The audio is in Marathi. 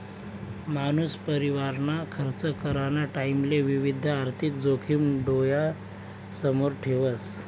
मानूस परिवारना खर्च कराना टाईमले विविध आर्थिक जोखिम डोयासमोर ठेवस